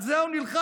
על זה הוא נלחם,